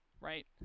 right